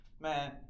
Man